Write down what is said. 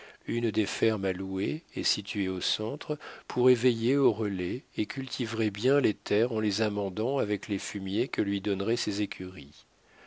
une des fermes à louer et située au centre pourrait veiller au relais et cultiverait bien les terres en les amendant avec les fumiers que lui donneraient ses écuries